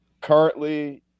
currently